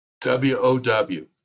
W-O-W